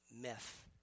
myth